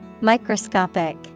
Microscopic